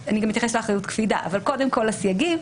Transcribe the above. אני גם אתייחס אחריות קפידה אבל קודם כל לסייגים